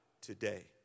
today